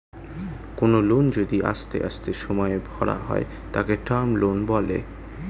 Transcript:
কোনো লোন যদি আস্তে আস্তে সময়ে ভরা হয় তাকে টার্ম লোন বলে